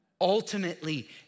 Ultimately